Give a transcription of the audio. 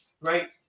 right